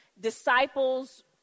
Disciples